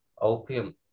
opium